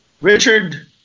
Richard